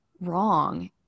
wrong